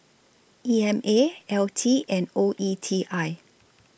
E M A L T and O E T I